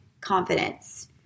confidence